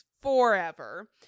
Forever